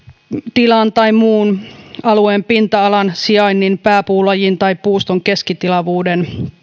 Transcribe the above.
tilan tai muun alueen pinta alan sijainnin pääpuulajin tai puuston keskitilavuutta